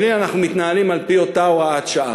אבל הנה, אנחנו מתנהלים על-פי אותה הוראת שעה.